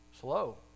slow